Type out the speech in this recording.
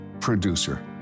producer